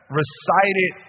recited